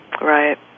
Right